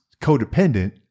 codependent